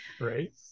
Right